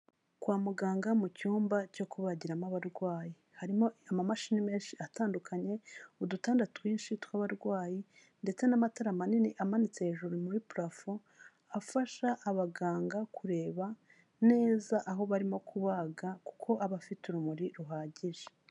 Kwa muganga mu cyumba cyo kubagiramo abarwayi harimo amamashini menshi atandukanye, udutanda twinshi tw'abarwayi ndetse n'amatara manini amanitse hejuru muri parafo afasha abaganga kureba neza aho barimo kubaga kuko aba afite urumuri ruhagije.